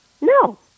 No